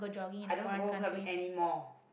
I don't go clubbing anymore